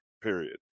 period